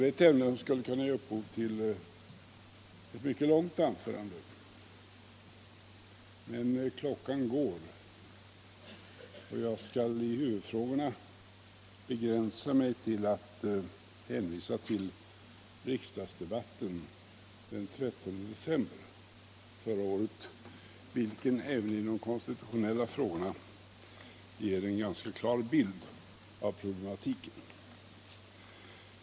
Det är ett ämne som skulle kunna ge upphov till ett mycket långt anförande, men klockan går och jag skall i huvudfrågorna begränsa mig till att hänvisa till riksdagsdebatten den 13 december förra året, vilken även i de konstitutionella frågorna ger en ganska klar bild av problematiken.